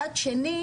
מצד אחר,